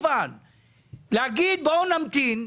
להגיד בואו נמתין,